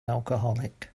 alcoholic